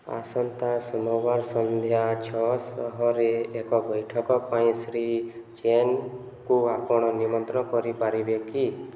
ଆସନ୍ତା ସୋମବାର ସନ୍ଧ୍ୟା ଛଅଶହରେ ଏକ ବୈଠକ ପାଇଁ ଶ୍ରୀ ଚେନ୍ଙ୍କୁ ଆପଣ ନିମନ୍ତ୍ରଣ କରିପାରିବେ କି